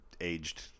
aged